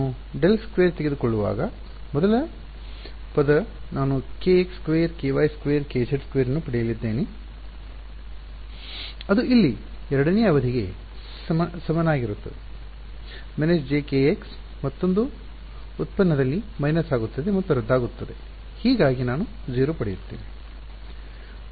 ನಾನು del square ತೆಗೆದುಕೊಳ್ಳುವಾಗ ಮೊದಲ ಪದ ನಾನು kx2 ky 2 kz 2 ಅನ್ನು ಪಡೆಯಲಿದ್ದೇನೆ ಅದು ಇಲ್ಲಿ ಎರಡನೇ ಅವಧಿಗೆ ಸಮನಾಗಿರುತ್ತದೆ jkx ಮತ್ತೊಂದು ಉತ್ಪನ್ನದಲ್ಲಿ ಮೈನಸ್ ಆಗುತ್ತದೆ ಮತ್ತು ರದ್ದಾಗುತ್ತವೆ ಹೀಗಾಗಿ ನಾನು 0 ಪಡೆಯುತ್ತೇನೆ